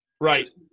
Right